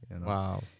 Wow